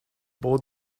board